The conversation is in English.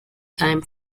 time